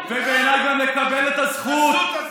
ובעיניי גם לקבל את הזכות,